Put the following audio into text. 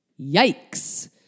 Yikes